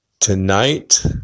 Tonight